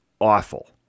awful